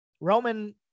roman